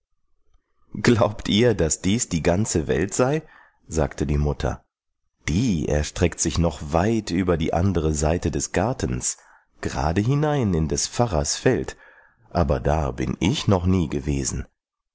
glaubt ihr daß dies die ganze welt sei sagte die mutter die erstreckt sich noch weit über die andere seite des gartens gerade hinein in des pfarrers feld aber da bin ich noch nie gewesen